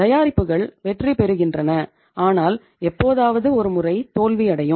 தயாரிப்புகள் வெற்றிபெறுகின்றன ஆனால் எப்போதாவது ஒரு முறை தோல்வியடையும்